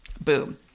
Boom